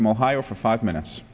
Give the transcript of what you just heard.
from ohio for five minutes